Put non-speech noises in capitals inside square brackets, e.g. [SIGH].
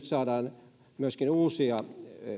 [UNINTELLIGIBLE] saadaan nyt myöskin uusia